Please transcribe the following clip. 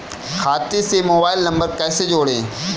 खाते से mobile number कैसे जोड़ें?